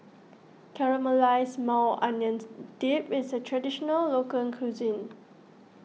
Caramelized Maui Onions Dip is a Traditional Local Cuisine